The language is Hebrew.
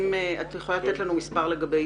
את יכולה לתת לנו מספר לגבי עיצומים?